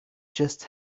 just